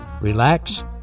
relax